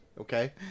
okay